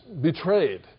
betrayed